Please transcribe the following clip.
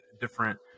different